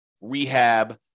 rehab